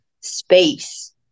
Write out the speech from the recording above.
space